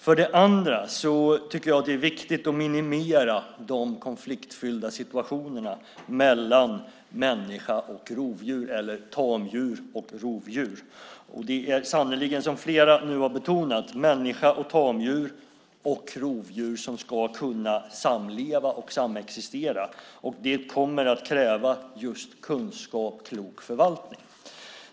Det andra gäller att jag tycker att det är viktigt att minimera de konfliktfyllda situationerna mellan människa och rovdjur eller tamdjur och rovdjur. Det är sannerligen så, som flera nu har betonat, att människa och tamdjur och rovdjur ska kunna samleva och samexistera. Det kommer att kräva just kunskap och en klok förvaltning.